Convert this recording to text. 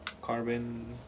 carbon